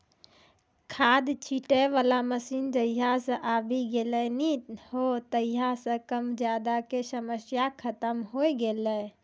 खाद छीटै वाला मशीन जहिया सॅ आबी गेलै नी हो तहिया सॅ कम ज्यादा के समस्या खतम होय गेलै